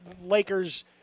Lakers